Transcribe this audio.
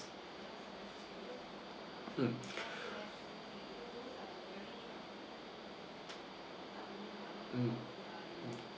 mm mm